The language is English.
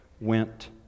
went